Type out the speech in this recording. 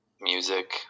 music